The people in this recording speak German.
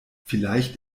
vielleicht